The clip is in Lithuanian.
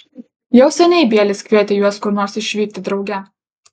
jau seniai bielis kvietė juos kur nors išvykti drauge